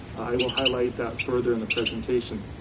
i will highlight that further in the presentation.